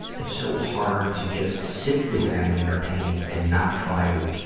it's so hard to just sit with them in their pain and not try to